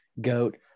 Goat